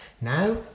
Now